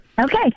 Okay